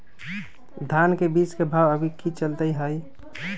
धान के बीज के भाव अभी की चलतई हई?